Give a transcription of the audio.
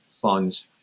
funds